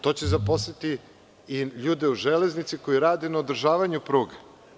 To će zaposliti i ljude u železnici koji rade na održavanju pruga.